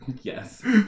Yes